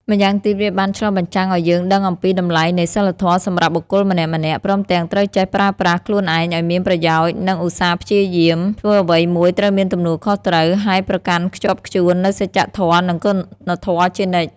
ម្យ៉ាងទៀត វាបានឆ្លុះបញ្ចាំងអោយយើងដឹងអំពីតម្លៃនៃសីលធម៌សម្រាប់បុគ្កលម្នាក់ៗ ព្រមទាំងត្រូវចេះប្រប្រាស់ខ្លួនឯងអោយមានប្រយោជន៍និងឧស្សាព្យយាម ធ្វើអ្វីមួយត្រូវមានទំនួលខុសត្រូវ ហើយប្រកាន់ខ្ជាប់ខ្ជួននៅសច្ចធម៌និងគុណធម៌ជានិច្ច។